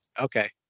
Okay